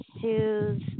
shoes